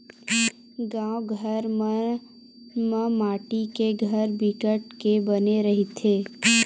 गाँव घर मन म माटी के घर बिकट के बने रहिथे